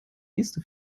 nächste